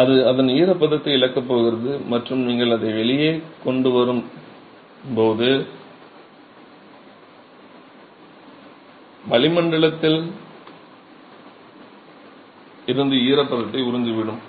அது அதன் ஈரப்பதத்தை இழக்கப் போகிறது மற்றும் நீங்கள் அதை வெளியே கொண்டு வரும் போது வளிமண்டலத்தில் இருந்து ஈரப்பதத்தை உறிஞ்சிவிடும்